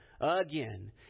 again